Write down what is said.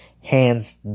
Hands